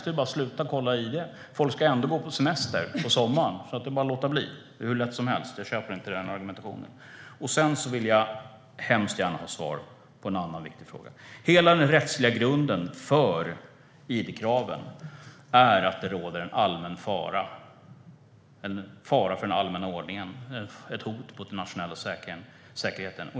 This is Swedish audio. Det är ju bara att sluta kolla id. Folk ska ändå gå på semester under sommaren, så det är bara att låta bli. Det är hur lätt som helst, så jag köper inte den argumentationen. Jag vill väldigt gärna också ha svar på en annan viktig fråga. Hela den rättsliga grunden för id-kraven är att det råder en fara för den allmänna ordningen, ett hot mot den nationella säkerheten.